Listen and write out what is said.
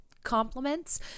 Compliments